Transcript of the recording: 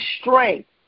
strength